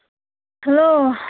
hello